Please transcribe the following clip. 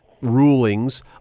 rulings